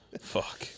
Fuck